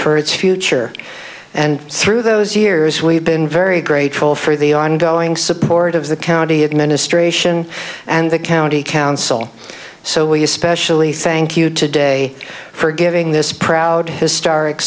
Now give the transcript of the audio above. for its future and through those years we've been very grateful for the ongoing support of the county administration and the county council so we especially thank you today for giving this proud historic